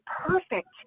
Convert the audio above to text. perfect